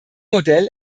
modell